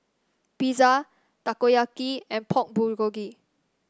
Pizza Takoyaki and Pork Bulgogi